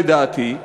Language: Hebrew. לדעתי,